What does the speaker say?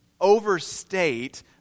overstate